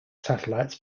satellites